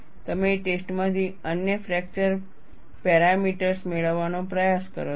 તમે ટેસ્ટમાંથી અન્ય ફ્રેક્ચર પેરમીટર્સ મેળવવાનો પ્રયાસ કરો છો